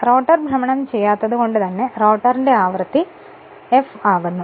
rotor ഭ്രമണം ചെയ്യാത്തതുകൊണ്ടു തന്നെ റോട്ടർ emf ന്റെ ആവൃത്തി എഫ് ആകുന്നു